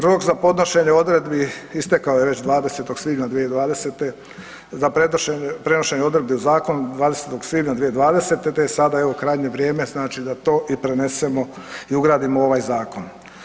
Rok za podnošenje odredbi istekao je već 20. svibnja 2020., za prenošenje odredbi u zakon 20. svibnja 2020., te je sada evo krajnje vrijeme znači da to i prenesemo i ugradimo u ovaj zakon.